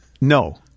No